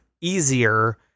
easier